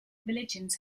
religions